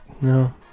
no